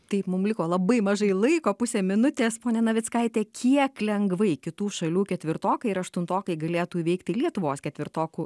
taip mum liko labai mažai laiko pusę minutės pone navickaite kiek lengvai kitų šalių ketvirtokai ir aštuntokai galėtų įveikti lietuvos ketvirtokų